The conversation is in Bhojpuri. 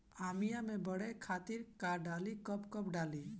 आमिया मैं बढ़े के खातिर का डाली कब कब डाली?